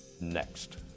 next